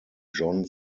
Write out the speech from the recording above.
john